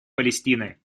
палестины